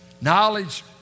Knowledge